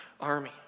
army